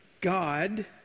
God